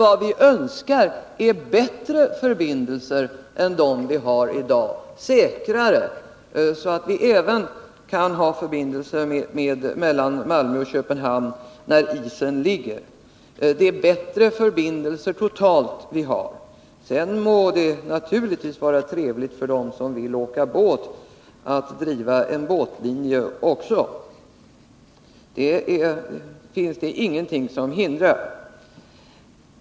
Vad vi önskar är emellertid bättre förbindelser än de förbindelser vi har i dag — säkrare, så att vi även kan ha förbindelser mellan Malmö och Köpenhamn när isen ligger. Det är bättre förbindelser totalt vi vill ha. Sedan kan det naturligtvis vara trevligt för dem som vill åka båt att driva en båtlinje också — det är ingenting som hindrar.